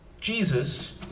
Jesus